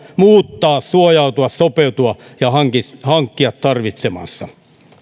muuttaa suojautua sopeutua ja hankkia hankkia tarvitsemansa